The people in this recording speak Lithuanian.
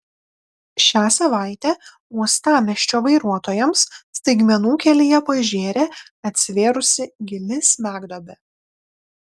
šią savaitę uostamiesčio vairuotojams staigmenų kelyje pažėrė atsivėrusi gili smegduobė